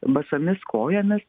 basomis kojomis